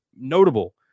notable